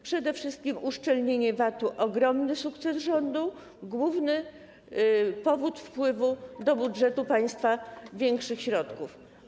Przede wszystkim uszczelnienie VAT-u - ogromny sukces rządu, główny powód wpływu do budżetu państwa większych środków.